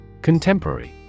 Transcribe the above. Contemporary